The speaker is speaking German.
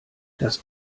das